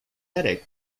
headache